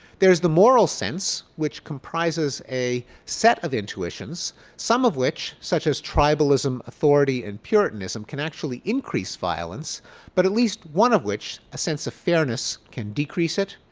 there's the moral sense, which comprises a set of intuitions some of which such as tribalism, authority, and puritanism can actually increase violence but at least one of which a sense of fairness can decrease it.